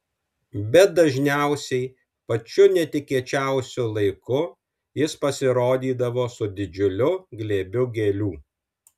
bet dažniausiai pačiu netikėčiausiu laiku jis pasirodydavo su didžiuliu glėbiu gėlių